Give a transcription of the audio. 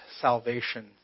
salvation